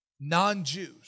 non-Jews